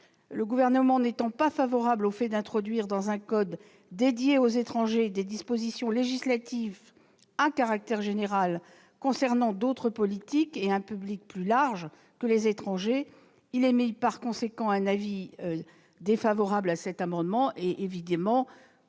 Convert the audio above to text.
Le Gouvernement n'étant pas favorable à l'introduction dans un code dédié aux étrangers de dispositions législatives de caractère général concernant d'autres politiques et un public plus large que les étrangers, il émet par conséquent un avis défavorable sur cet amendement. J'estime